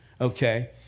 okay